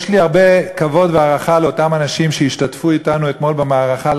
יש לי הרבה כבוד והערכה לאותם אנשים שהשתתפו אתנו אתמול במערכה,